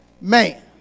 man